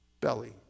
belly